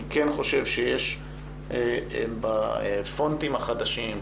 אני כן חושב שיש בפונטים החדשים,